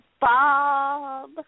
Bob